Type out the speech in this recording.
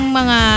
mga